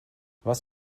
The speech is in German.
was